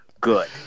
good